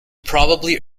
probably